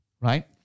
right